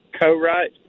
co-write